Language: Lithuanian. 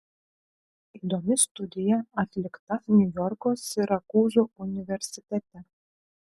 įdomi studija atlikta niujorko sirakūzų universitete